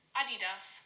Adidas